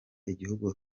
igihugu